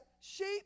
sheep